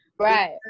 Right